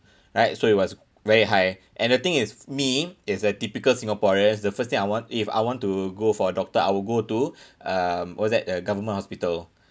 right so it was very high and the thing is me is a typical singaporeans the first thing I want if I want to go for a doctor I will go to um what's that the government hospital